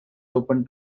open